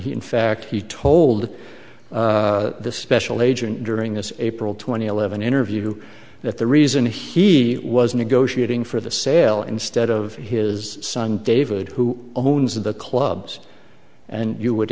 he in fact he told this special agent during this april two thousand and eleven interview that the reason he was negotiating for the sale instead of his son david who owns the clubs and you would